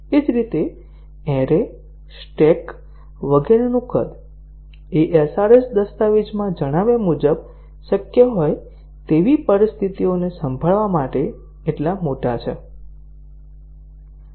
એ જ રીતે array stack વગેરેનું કદ એ SRS દસ્તાવેજમાં જણાવ્યા મુજબ શક્ય હોય તેવી પરિસ્થિતિઓને સંભાળવા માટે એટલા મોટા છે